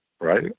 right